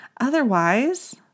Otherwise